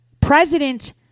President